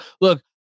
look